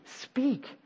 speak